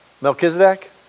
Melchizedek